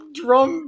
drum